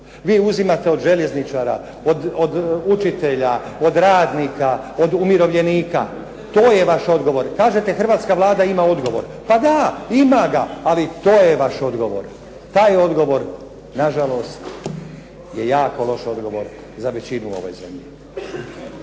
Vi uzimate od željezničara, od učitelja, od radnika, od umirovljenika. To je vaš odgovor. Kažete hrvatska Vlada ima odgovor, pa da ima ga, ali to je vaš odgovor. Taj odgovor nažalost je jako loš odgovor za većinu u ovoj zemlji.